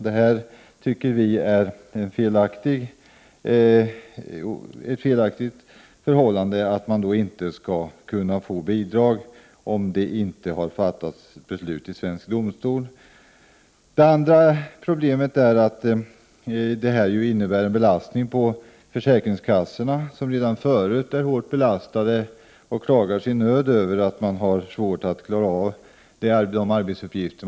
Det andra problemet är att handläggningen av bidragsärendena kommer att bli en belastning på försäkringskassorna, som redan förut är hårt ansträngda och klagar sin nöd över att de har svårt att klara sina uppgifter.